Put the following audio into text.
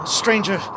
stranger